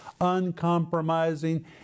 uncompromising